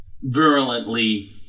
virulently